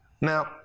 Now